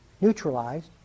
neutralized